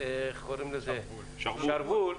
אם לא יהיה שרוול,